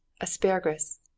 asparagus